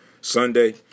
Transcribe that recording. Sunday